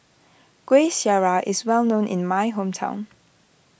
Kueh Syara is well known in my hometown